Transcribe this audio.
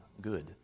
good